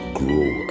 grow